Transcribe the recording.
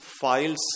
files